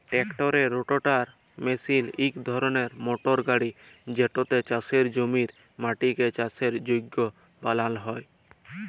ট্রাক্টারের রোটাটার মিশিল ইক ধরলের মটর গাড়ি যেটতে চাষের জমির মাটিকে চাষের যগ্য বালাল হ্যয়